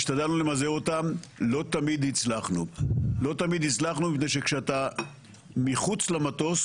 לא תמיד הצלחנו מפני שכשאתה מחוץ למטוס